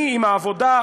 אני עם העבודה,